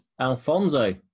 alfonso